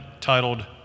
titled